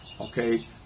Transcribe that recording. okay